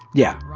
yeah.